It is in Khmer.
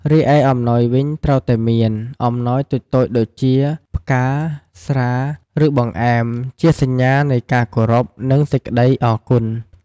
រីឯអំណោយវិញត្រូវតែមាន អំណោយតូចៗដូចជា ផ្កា ស្រា ឬបង្អែម ជាសញ្ញានៃការគោរពនិងសេចក្ដីអរគុណ។